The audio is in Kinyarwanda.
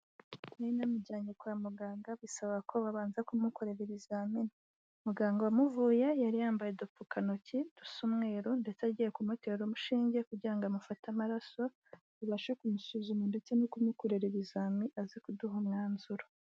Nari namujyanye kwa muganga bisaba ko babanza kumukorera ibizamini, muganga wamuvuye yari yambaye udupfukantoki dusa umweru ndetse agiye kumutera urushinge kugira ngo amufate amaraso, abashe kumusuzuma ndetse no kumukorera ibizami aze kuduha umwanzuro.